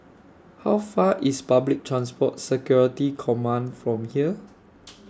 How Far IS Public Transport Security Command from here